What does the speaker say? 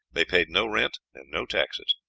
they paid no rent and no taxes.